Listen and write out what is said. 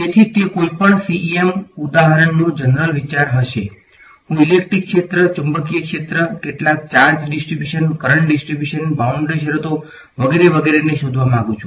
તેથી તે કોઈપણ CEM ઉદાહરણનો જનરલ વિચાર હશે હું ઇલેક્ટ્રિક ક્ષેત્ર ચુંબકીય ક્ષેત્ર કેટલાક charge distribution current distribution boundary શરતો વગેરે વગેરે ને શોધવા માંગુ છું